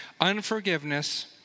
Unforgiveness